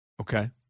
Okay